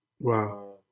Wow